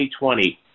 2020